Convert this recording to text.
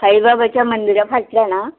साईबाबाच्या मंदिरां फाटल्यान आं